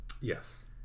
Yes